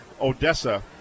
Odessa